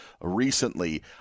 recently